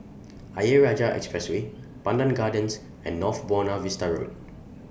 Ayer Rajah Expressway Pandan Gardens and North Buona Vista Road